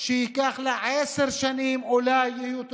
שייקח לה עשר שנים ואולי יהיו תוצאות.